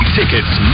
tickets